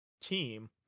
team